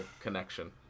connection